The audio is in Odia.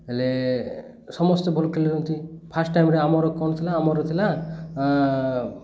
ହେଲେ ସମସ୍ତେ ଭଲ୍ ଖେଳୁଛନ୍ତି ଫାଷ୍ଟ ଟାଇମରେ ଆମର କ'ଣ ଥିଲା ଆମର ଥିଲା